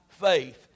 faith